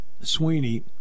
Sweeney